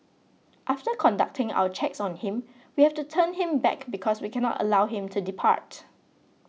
after conducting our checks on him we have to turn him back because we cannot allow him to depart